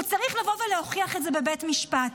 הוא צריך להביא ולהוכיח את זה בבית משפט.